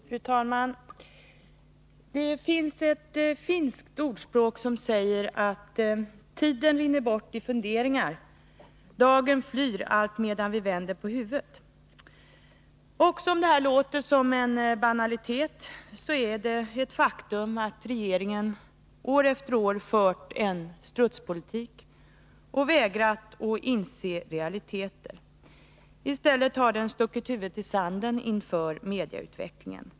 Fru talman! Det finns ett finskt ordspråk som säger att tiden rinner bort i funderingar, dagen flyr alltmedan vi vänder på huvudet. Även om detta låter som en banalitet, så är det ett faktum att regeringen år efter år fört en strutspolitik — den har vägrat att inse realiteter och i stället så att säga stuckit huvudet i sanden inför medieutvecklingen.